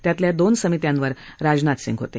त्यातल्या दोन समित्यांवर राजनाथ सिंग होते